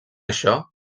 això